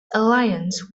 alliance